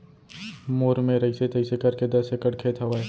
मोर मेर अइसे तइसे करके दस एकड़ खेत हवय